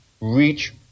reach